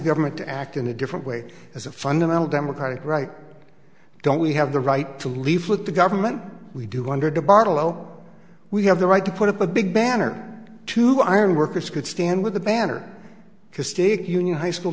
government to act in a different way as a fundamental democratic right don't we have the right to leave with the government we do under the bottle oh we have the right to put up a big banner to ironworkers could stand with the banner castaic union high school